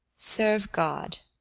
serve god,